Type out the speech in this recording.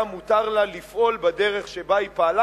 היה מותר לה לפעול בדרך שבה היא פעלה,